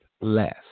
less